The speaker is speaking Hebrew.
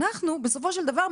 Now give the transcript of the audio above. בסופו של דבר,